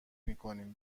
میکنیم